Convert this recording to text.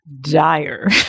dire